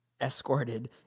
escorted